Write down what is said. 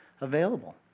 available